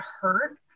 hurt